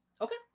Okay